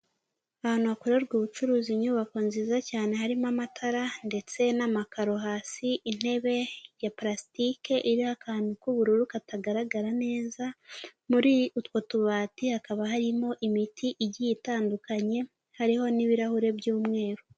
Ahantu hakorerwa ubucuruzi inyubako nziza cyane harimo amatara ndetse n'amakaro, hasi intebe ya parasitike iriho akantu k'ubururu katagaragara neza, muri utwo tubati hakaba harimo imiti igiye itandukanye, hariho n'ibirahure by'umweru.